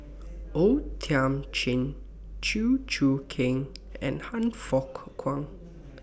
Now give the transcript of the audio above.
O Thiam Chin Chew Choo Keng and Han Fook Kwang